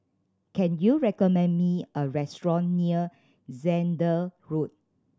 can you recommend me a restaurant near Zehnder Road